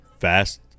fast